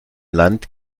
land